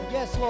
Yes